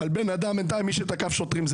מי שבינתיים תקף שוטרים,